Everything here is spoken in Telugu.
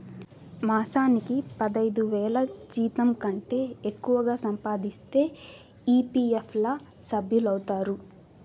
మాసానికి పదైదువేల జీతంకంటే ఎక్కువగా సంపాదిస్తే ఈ.పీ.ఎఫ్ ల సభ్యులౌతారు